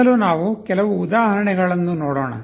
ಮೊದಲು ನಾವು ಕೆಲವು ಉದಾಹರಣೆಗಳನ್ನು ನೋಡೋಣ